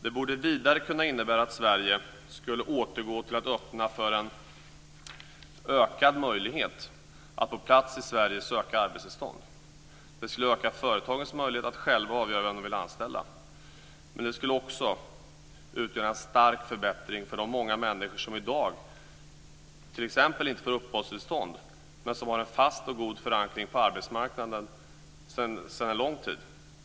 Det borde vidare kunna innebära att Sverige skulle återgå till att öppna för en ökad möjlighet att på plats i Sverige söka arbetstillstånd. Det skulle öka företagens möjlighet att själva avgöra vem de vill anställa. Det skulle också utgöra en stark förbättring för t.ex. de många människor som i dag inte får uppehållstillstånd men som har en fast och god förankring på arbetsmarknaden sedan lång tid.